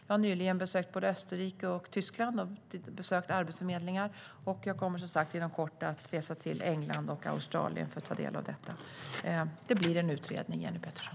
Jag har nyligen varit i både Österrike och Tyskland och där besökt arbetsförmedlingar, och jag kommer som sagt att inom kort resa till England och Australien för att ta del av deras erfarenheter. Det blir en utredning, Jenny Petersson.